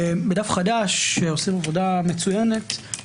בדף חדש, שעושים עבודה מצוינת,